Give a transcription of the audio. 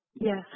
Yes